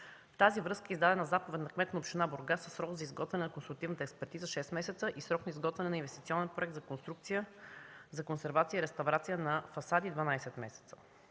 тази връзка е издадена заповед на кмета на община Бургас със срок за изготвяне на констативната експертиза – 6 месеца, и срок за изготвяне на Инвестиционен проект за конструкция за консервация и реставрация на фасади – 12 месеца.